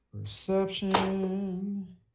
Perception